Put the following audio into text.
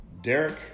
Derek